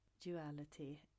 duality